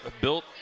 built